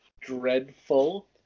dreadful